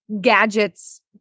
gadgets